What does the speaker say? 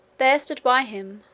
there stood by him,